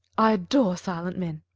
i adore silent men.